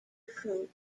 fruit